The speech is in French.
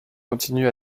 continue